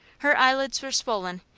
her eyelids were swollen,